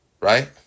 Right